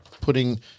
putting